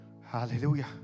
hallelujah